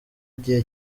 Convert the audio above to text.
igihe